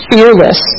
Fearless